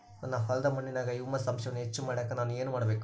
ನನ್ನ ಹೊಲದ ಮಣ್ಣಿನಾಗ ಹ್ಯೂಮಸ್ ಅಂಶವನ್ನ ಹೆಚ್ಚು ಮಾಡಾಕ ನಾನು ಏನು ಮಾಡಬೇಕು?